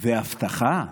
והבטחה,